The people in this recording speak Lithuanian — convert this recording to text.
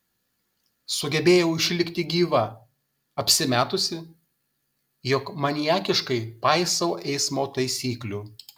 sugebėjau išlikti gyva apsimetusi jog maniakiškai paisau eismo taisyklių